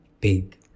Big